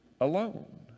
alone